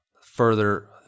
further